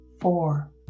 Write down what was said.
four